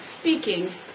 speaking